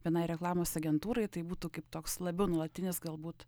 vienai reklamos agentūrai tai būtų kaip toks labiau nuolatinis galbūt